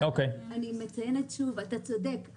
אני מציינת שוב שאתה צודק.